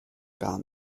gar